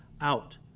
out